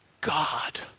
God